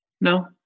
No